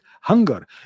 hunger